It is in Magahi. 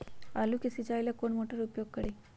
आलू के सिंचाई ला कौन मोटर उपयोग करी?